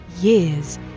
years